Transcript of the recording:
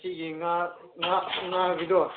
ꯁꯤꯒꯤ ꯉꯥ ꯉꯥꯒꯤꯗꯣ